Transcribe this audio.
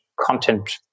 content